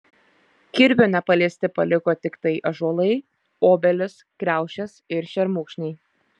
kirvio nepaliesti paliko tiktai ąžuolai obelys kriaušės ir šermukšniai